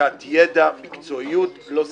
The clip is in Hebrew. בדיקת ידע, מקצועיות לא סינון.